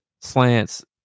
slants